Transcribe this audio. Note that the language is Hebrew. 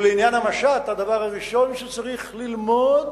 לעניין המשט, הדבר הראשון שצריך ללמוד